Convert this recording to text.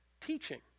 Teaching